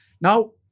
Now